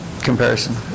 comparison